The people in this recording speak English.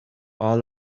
all